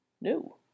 No